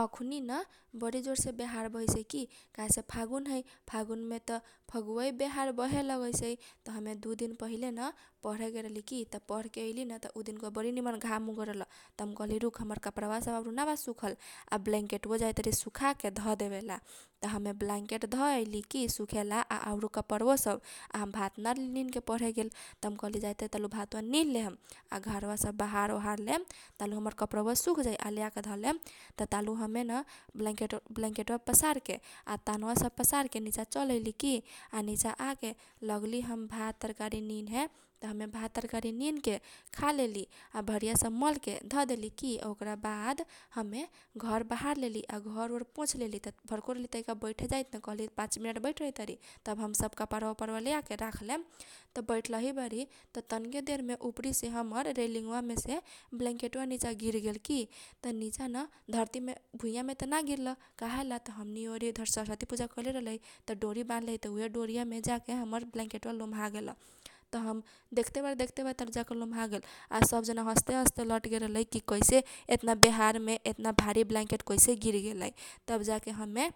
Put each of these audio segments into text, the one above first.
अखुनी न बरी जोरसे बेहार बहैसै की काहेसे फागुन है। फागुन मे त फगुअइ बेहार बहे लगैसै। त हमे दु दिन पहिले न पढे गेल रहली की त पढ के अइलीन त उ दिनका बा बरी निमन घाम उगल रहल त हम कहली रुक हमर कपडा बा सब आउरु ना बा सुखल। आ ब्ल्यान्केट बो जैतारी सुखा के धदेबे ला। त हमे ब्ल्यान्केट धअइली की सुखेला आ आउरु कपरवा सब । आ हम भात ना रहली निनके पढे गेल। त हम कहली जाइत बारी तारु भातबा निन लेहम आ घरवा सब बहार ओहार लेहम। तालु हमर कपरव सुख जाइ आ ले आके धलेम त तालु समेत न ब्ल्यान्केट वा पसार के आ तनवा सब पसार के नीचा चल अइली की। आ निचा आके लगली हम भात, तरकारी निने त हमे भात, तरकारी निनके खालेली आ भरीया सब मलके धदेली की। ओकरा बाद हमे घर बहार लेली आ घर वर पोछ लेली। त भरको रहली तैका बैठे जाइत न कहली पाँच मिनेट बैठ रहै तारी तब हम सब कपरवा ओपरवा लेआके राख लेम । त बैठ लही बारी त तके देरमे उपरी से हमर रेलिङ मेसे ब्ल्यान्केट बा नीचा गिर गेल की। त नीचा न धरती मे भुइमे त ना गिर ल काहेला त। हमी ओरी सरसरती पूजा करले रहलाई त डोरी बनले है। त उहे डोरी या मे जा के हमर ब्ल्यान्केट बा लोमा गेल। त हम देखते बारी देख ते बारी तालु जा के लो मा गेल। आ सब जना हस्ते हस्ते लट गेल रहलइ कैसे येतना बेहार मे यत्ना भारी ब्ल्यान्केट कैसे गिर गेलै। तब जाके हमे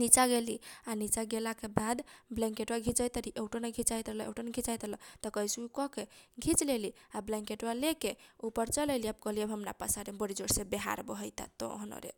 निचा गेली आ निचा गेला के बाद ब्ल्यान्केट बा घिचै तारी एउटो ना घिचाइत रहल एउटो घिचाइत रहल । त कैसहु करके घिच लेली आ ब्ल्यान्केट बा लेके उपर चल आइली अब कहली हम ना पसारम बरी जोरसे बेहार बहैता तहनरे।